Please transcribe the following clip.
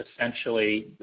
essentially